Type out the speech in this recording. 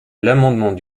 l’amendement